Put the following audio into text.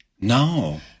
No